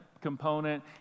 component